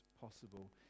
possible